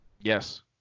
Yes